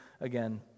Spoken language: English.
again